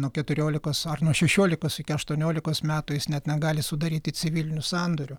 nuo keturiolikos ar nuo šešiolikos iki aštuoniolikos metų jis net negali sudaryti civilinių sandorių